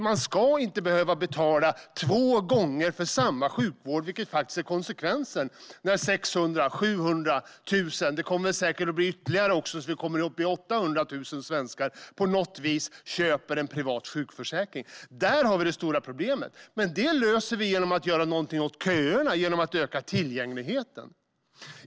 Man ska inte behöva betala två gånger för samma sjukvård, vilket faktiskt blir konsekvensen när 600 000-700 000 svenskar - det kommer säkert att bli fler så att vi kommer upp i 800 000 - på något vis köper en privat sjukförsäkring. Där har vi det stora problemet, men det löser vi genom att göra någonting åt köerna och öka tillgängligheten.